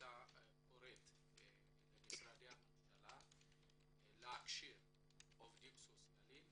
והקליטה קוראת למשרדי הממשלה להכשיר עובדים סוציאליים